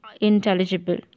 intelligible